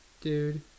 dude